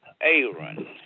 Aaron